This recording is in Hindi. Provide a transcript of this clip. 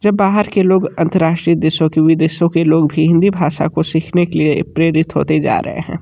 जब बहार के लोग अंतर्राष्ट्रीय देशों के विदेशों के लोग भी हिंदी भाषा को सीखने के लिए प्रेरित होते जा रहं हैं